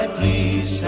please